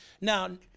now